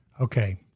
Okay